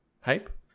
hype